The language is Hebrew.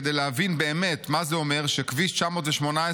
כדי להבין באמת מה זה אומר שכביש 918